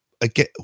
again